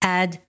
add